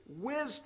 wisdom